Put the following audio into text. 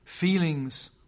feelings